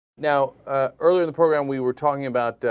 now ah. earlier the program we were talking about